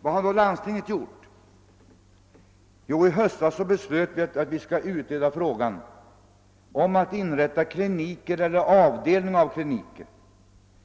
Vad har då landstinget gjort? I höst beslöts att vi skulle utreda frågan om inrättande av kliniker eller avdelningar